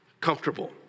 comfortable